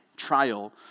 trial